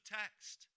text